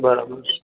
બરાબર છે